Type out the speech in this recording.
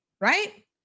right